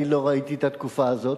אני לא ראיתי את התקופה הזאת,